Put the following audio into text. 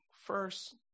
First